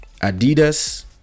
Adidas